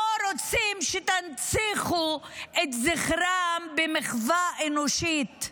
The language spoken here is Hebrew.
לא רוצים שתנציחו את זכרם במחווה אנושית.